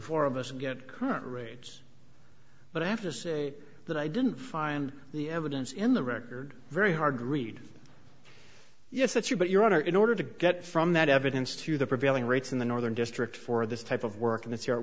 four of us get current rates but i have to say that i didn't find the evidence in the record very hard to read yes that's true but your honor in order to get from that evidence to the prevailing rates in the northern district for this type of work in this year